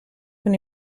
con